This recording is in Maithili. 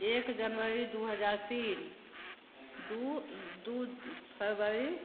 एक जनवरी दुइ हजार तीन दुइ दुइ फरवरी